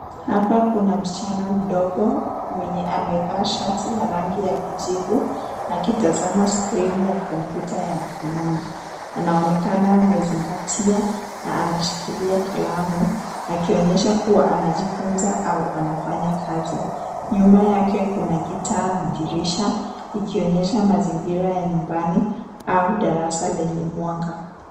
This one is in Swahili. Hapa kuna msichana mdogo mwenye amevaa shati la rangi ya kijivu akitazama skrini ya kompyuta ya mkononi. Anaonekana amezingatia na anashikilia kalamu akionyesha kuwa anajifunza au anafanya kazi. Nyuma yake kuna gitaa na dirisha, ikionyesha mazingira ya nyumbani au darasa lenye mwanga.